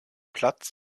platz